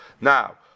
Now